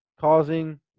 causing